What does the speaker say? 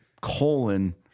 colon